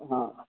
हा